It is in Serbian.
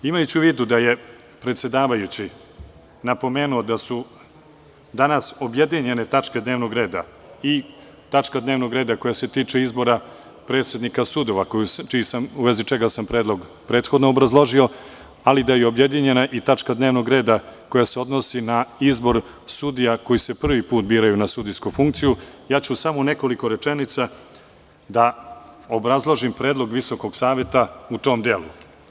Imajući u vidu da je predsedavajući napomenuo da su danas objedinjene tačke dnevnog reda i tačka dnevnog reda koja se tiče izbora predsednika sudova, u vezi čega sam predlog prethodno obrazložio, ali da je i objedinjena tačka dnevnog reda koja se odnosi na izbor sudija koji se prvi put biraju na sudijsku funkciju, ja ću samo u nekoliko rečenica da obrazložim predlog Visokog saveta u tom delu.